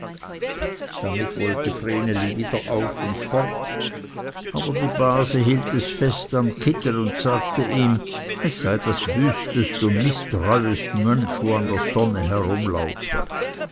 damit wollte vreneli wieder auf und fort aber die base hielt es fest am kittel und sagte ihm es sei das wüstest und mißtreust mönsch wo an der sonne herumlaufe